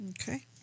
okay